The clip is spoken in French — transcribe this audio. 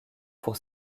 pour